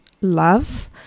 love